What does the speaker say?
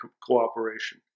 cooperation